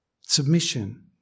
submission